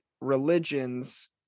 religions